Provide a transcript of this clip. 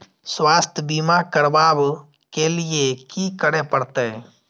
स्वास्थ्य बीमा करबाब के लीये की करै परतै?